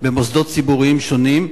במוסדות ציבוריים שונים,